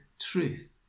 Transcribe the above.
truth